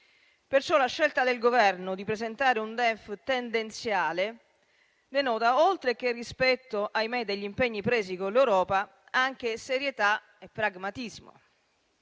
Perciò la scelta del Governo di presentare un DEF tendenziale denota, oltre che rispetto - ahimè - degli impegni presi con l'Europa, anche serietà e pragmatismo.